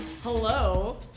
Hello